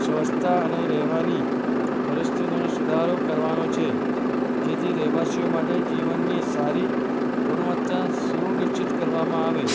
સ્વચ્છતા અને રહેવાની પરિસ્થિતિનો સુધારો કરવાનો છે જેથી રહેવાસીઓ માટે જીવનની સારી ગુણવત્તા સુનિશ્ચિત કરવામાં આવે